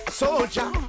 soldier